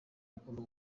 bagomba